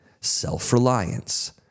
Self-reliance